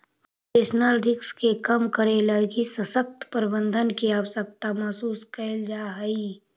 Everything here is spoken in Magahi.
ऑपरेशनल रिस्क के कम करे लगी सशक्त प्रबंधन के आवश्यकता महसूस कैल जा हई